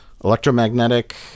Electromagnetic